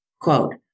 Quote